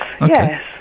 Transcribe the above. yes